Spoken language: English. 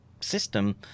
system